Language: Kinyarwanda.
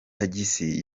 tagisi